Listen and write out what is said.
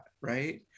right